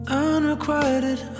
unrequited